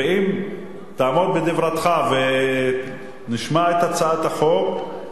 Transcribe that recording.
ואם תעמוד בדברתך ונשמע את הצעת החוק,